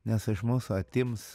nes iš mūsų atims